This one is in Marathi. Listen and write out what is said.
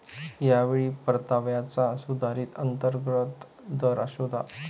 या वेळी परताव्याचा सुधारित अंतर्गत दर शोधा